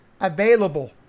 available